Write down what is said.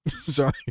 Sorry